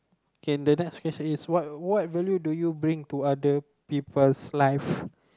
K the last question is what what value do you bring to other people's life